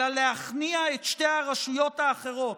אלא להכניע את שתי הרשויות האחרות,